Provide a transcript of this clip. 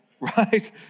Right